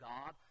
God